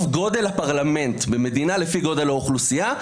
גודל הפרלמנט במדינה לפי גודל האוכלוסייה.